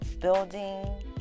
building